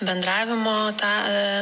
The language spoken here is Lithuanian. bendravimo tą